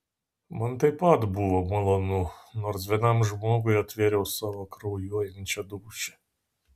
man taip pat buvo malonu nors vienam žmogui atvėriau savo kraujuojančią dūšią